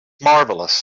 marvelous